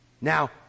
Now